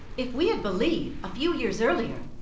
if we had believed a few years earlier,